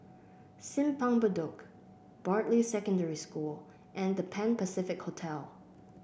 Simpang Bedok Bartley Secondary School and The Pan Pacific Hotel